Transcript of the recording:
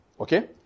Okay